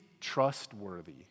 trustworthy